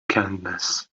kindness